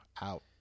out